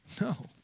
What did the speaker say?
No